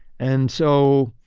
and so,